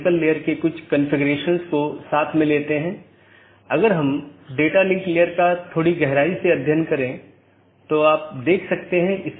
तो मैं AS1 से AS3 फिर AS4 से होते हुए AS6 तक जाऊँगा या कुछ अन्य पाथ भी चुन सकता हूँ